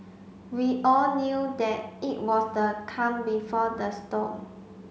we all knew that it was the calm before the storm